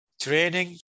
training